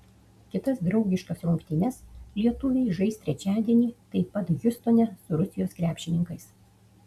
kitas draugiškas rungtynes lietuviai žais trečiadienį taip pat hjustone su rusijos krepšininkais